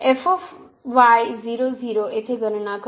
आणि येथे गणना करू